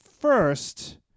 first